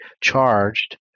charged